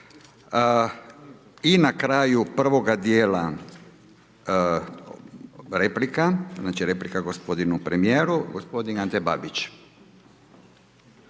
I na kraju prvoga dijela, replika. Znači, replika gospodinu premijeru. Gospodin Ante Babić.